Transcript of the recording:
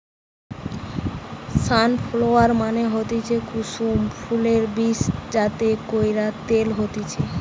sunflower মানে হতিছে কুসুম ফুলের বীজ যাতে কইরে তেল হতিছে